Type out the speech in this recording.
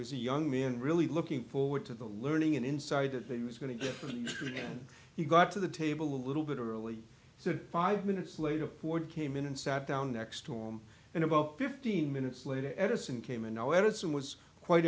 was a young man really looking forward to the learning and inside that that he was going to get from the street and he got to the table a little bit early so five minutes later poor came in and sat down next to him in about fifteen minutes later edison came and now edison was quite